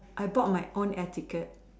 I bought my own air ticket